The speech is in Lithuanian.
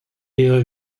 ėjo